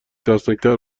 ترسناکتر